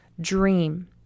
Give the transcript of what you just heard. Dream